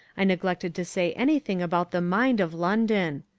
i neglected to say anything about the mind of london.